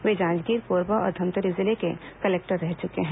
वे जांजगीर कोरबा और धमतरी जिले के कलेक्टर रह चुके हैं